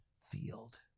field